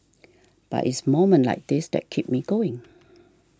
but it's moments like this that keep me going